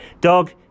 Dog